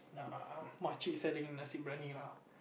uh macik selling nasi-bryani lah